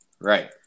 Right